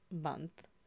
month